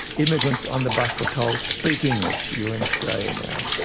immigrants on the bus were told, speak english, you're in australia now.